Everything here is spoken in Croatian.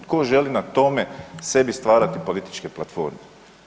Tko želi na tome sebi stvarati političke platforme?